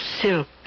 Silk